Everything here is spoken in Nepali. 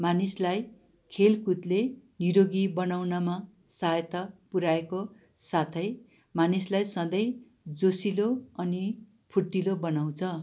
मानिसलाई खेलकुदले निरोगी बनाउनमा सहायता पुऱ्याएको साथै मानिसलाई सधैँ जोसिलो अनि फुर्तिलो बनाउँछ